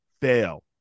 fail